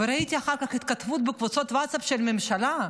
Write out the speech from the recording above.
וראיתי אחר כך התכתבות בקבוצות ווטסאפ של הממשלה,